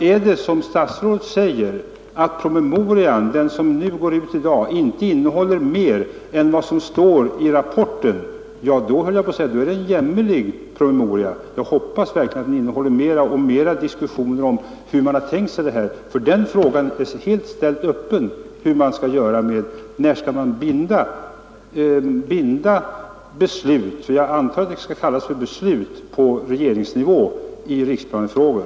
Är det riktigt, som statsrådet säger, att den promemoria som går ut i dag inte innehåller mer än vad som står i rapporten, då skulle jag vilja säga att det är en jämmerlig promemoria. Jag hoppas verkligen att den innehåller mer framför allt om hur man har tänkt sig att riksplaneringens dispositioner skall bli gällande, ty den frågan är lämnad helt öppen. När skall det fattas bindande beslut — jag antar att det skall kallas beslut — på regeringsnivå i riksplanefrågor?